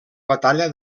batalla